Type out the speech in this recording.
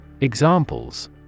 Examples